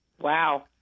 Wow